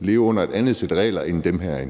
leve under et andet sæt regler end dem, der